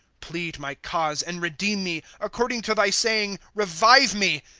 plead my cause and redeem me according to thy saying revive me.